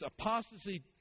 apostasy